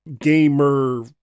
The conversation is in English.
gamer